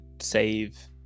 save